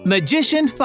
Magician